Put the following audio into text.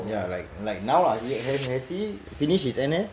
ya like like now ah he has has he finish his N_S